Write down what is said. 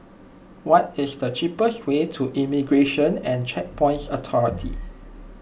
what is the cheapest way to Immigration and Checkpoints Authority